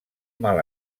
mal